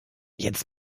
jetzt